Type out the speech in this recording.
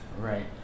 Right